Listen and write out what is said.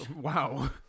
Wow